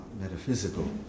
metaphysical